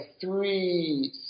three